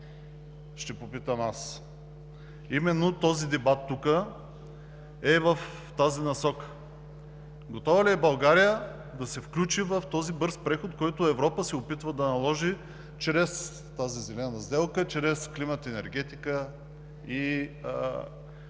ще попитам аз. Именно този дебат тук е в тази насока. Готова ли е България да се включи в този бърз преход, който Европа опитва да наложи чрез тази зелена сделка, чрез климат, енергетика и общо взето